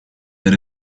were